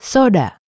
Soda